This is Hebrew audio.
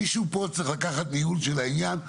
מישהו פה צריך לקחת את הניהול של העניין.